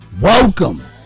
Welcome